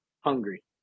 hungry